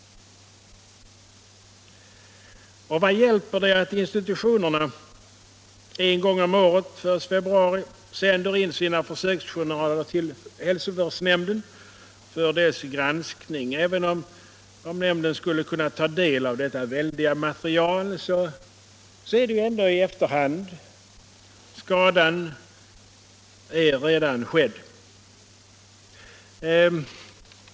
Och vad hjälper det att institutionerna en gång om året, den 1 februari, sänder in sina försöksjournaler till hälsövårdsnämnden för dess granskning? Även om nämnden skulle kunna ta del av detta väldiga material blir det ändå i efterhand. Skadan är redan skedd.